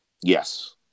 Yes